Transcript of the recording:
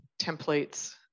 templates